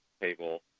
table